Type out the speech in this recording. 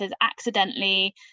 accidentally